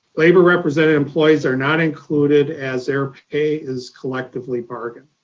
labor represented employees are not included as their pay is collectively bargained.